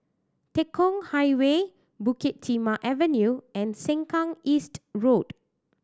Tekong Highway Bukit Timah Avenue and Sengkang East Road